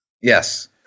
yes